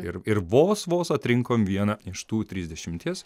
ir ir vos vos atrinkom vieną iš tų trisdešimties